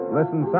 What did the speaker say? listen